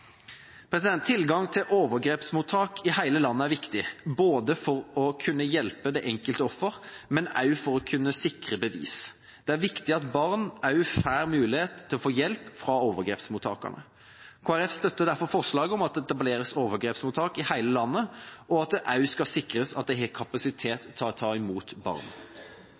Tilgang til overgrepsmottak i hele landet er viktig, både for å kunne hjelpe det enkelte offeret og for å kunne sikre bevis. Det er viktig at også barn får mulighet til å få hjelp fra overgrepsmottakene. Kristelig Folkeparti støtter derfor forslaget om at det etableres overgrepsmottak i hele landet, og at det også skal sikres at de har kapasitet til å ta imot barn.